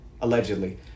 Allegedly